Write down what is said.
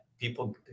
people